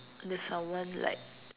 there's someone like